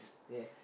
yes